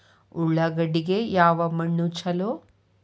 ಉಳ್ಳಾಗಡ್ಡಿಗೆ ಯಾವ ಮಣ್ಣು ಛಲೋ?